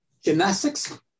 Gymnastics